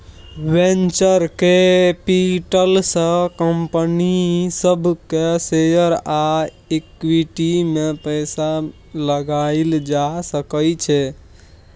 venture capital से company सब के शेयर आ इक्विटी में पैसा लगाएल जा सकय छइ